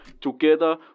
Together